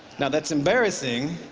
now that's embarrassing,